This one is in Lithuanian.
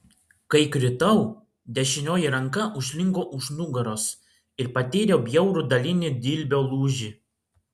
kai kritau dešinioji ranka užlinko už nugaros ir patyriau bjaurų dalinį dilbio lūžį